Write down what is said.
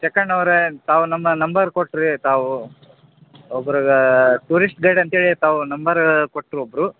ಚಿಕಣ್ಣವರೇ ತಾವು ನಮ್ಮ ನಂಬರ್ ಕೊಟ್ರು ತಾವು ಒಬ್ರಿಗಾ ಟೂರಿಸ್ಟ್ ಗೈಡ್ ಅಂತ್ಹೇಳಿ ತಾವು ನಂಬರ್ ಕೊಟ್ರು ಒಬ್ಬರು